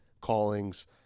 callings